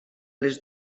les